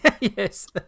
yes